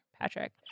Patrick